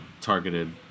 targeted